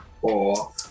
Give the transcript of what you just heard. four